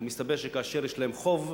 מסתבר שכאשר יש להם חוב,